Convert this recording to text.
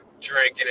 drinking